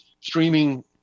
streaming